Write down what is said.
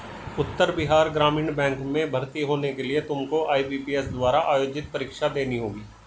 उत्तर बिहार ग्रामीण बैंक में भर्ती होने के लिए तुमको आई.बी.पी.एस द्वारा आयोजित परीक्षा देनी होगी